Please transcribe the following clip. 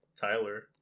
Tyler